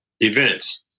events